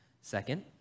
Second